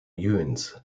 jöns